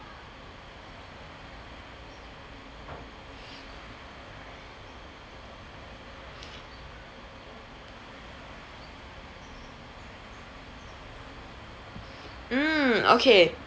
mm okay